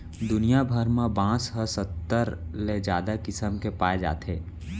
दुनिया भर म बांस ह सत्तर ले जादा किसम के पाए जाथे